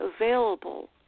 available